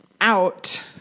out